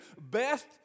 best